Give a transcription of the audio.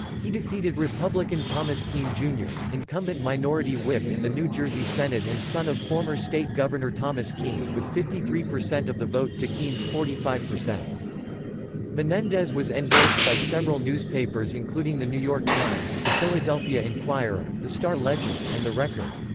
he defeated republican thomas kean, jr, incumbent minority whip in the new jersey senate and son of former state governor thomas kean, with fifty three percent of the vote to kean's forty five. menendez was endorsed by several newspapers including the new york times, the philadelphia inquirer, the star-ledger, and the record.